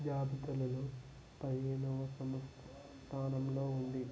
జాబితాలలో పదిహేనవ స్థానంలో ఉంది